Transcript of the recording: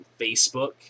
Facebook